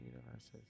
universes